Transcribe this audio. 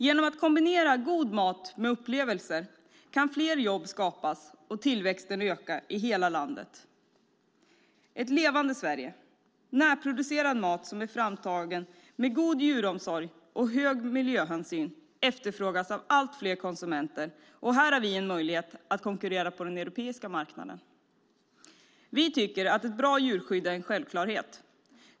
Genom att kombinera god mat med upplevelser kan fler jobb skapas och tillväxten öka i hela landet - ett levande Sverige. Närproducerad mat som är framtagen med god djuromsorg och hög miljöhänsyn efterfrågas av allt fler konsumenter, och här har vi en möjlighet att konkurrera på den europeiska marknaden. Vi tycker att ett bra djurskydd är en självklarhet.